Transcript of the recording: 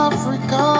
Africa